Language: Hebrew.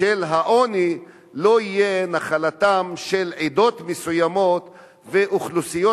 של העוני לא יהיה נחלתן של עדות מסוימות ואוכלוסיות